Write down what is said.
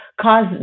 cause